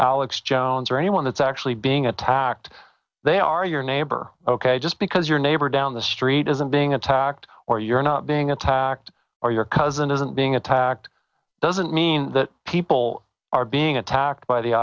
alex jones or anyone that's actually being attacked they are your neighbor ok just because your neighbor down the street isn't being attacked or you're not being attacked or your cousin isn't being attacked doesn't mean that people are being attacked by the